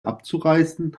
abzureißen